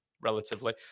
relatively